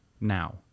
now